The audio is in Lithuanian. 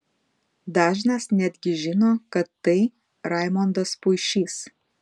dažnas netgi žino kad tai raimondas puišys